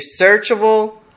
searchable